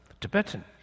Tibetan